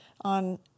on